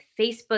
Facebook